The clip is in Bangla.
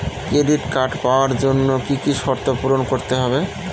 ক্রেডিট কার্ড পাওয়ার জন্য কি কি শর্ত পূরণ করতে হবে?